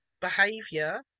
behavior